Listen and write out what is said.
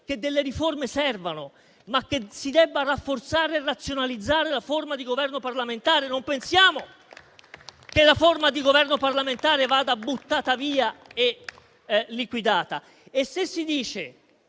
che delle riforme servano, ma che si debba rafforzare e razionalizzare la forma di governo parlamentare, non pensiamo che la forma di governo parlamentare vada buttata via e liquidata.